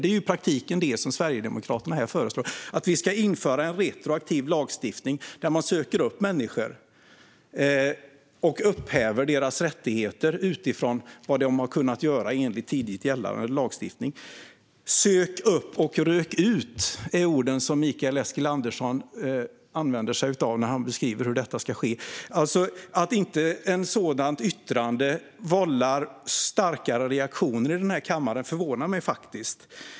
Det är i praktiken vad Sverigedemokraterna föreslår här: Att vi ska införa en retroaktiv lagstiftning där man söker upp människor och upphäver deras rättigheter utifrån vad de tidigare har kunnat göra enligt tidigare gällande lagstiftning. Mikael Eskilandersson använder sig av orden "sök upp och rök ut" när han beskriver hur detta ska ske. Att inte ett sådant yttrande vållar starkare reaktioner i kammaren förvånar mig faktiskt.